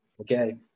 okay